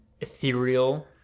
ethereal